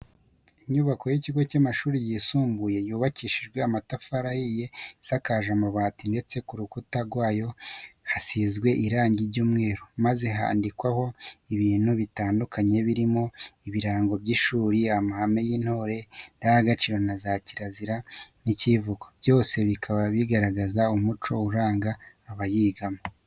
Inyubako y'ikigo cy'amashuri yisumbuye yubakishije amatafari ahiye, isakaje amabati, ndetse ku rukuta rwayo hasizwe irangi ry'umweru, maze handikwaho ibintu bitandukanye birimo ibirango by'ishuri, amahame y'intore, indangagaciro na kirazira n'icyivugo, byose bikaba bigaragaza umuco uranga abaryigamo.